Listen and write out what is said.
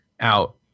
out